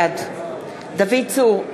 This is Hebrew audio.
בעד דוד צור,